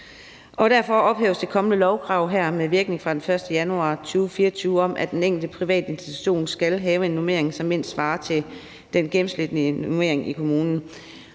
derfor ophæves her det kommende lovkrav med virkning fra den 1. januar 2024 om, at den enkelte privatinstitution skal have en normering, som mindst svarer til den gennemsnitlige normering i kommunen.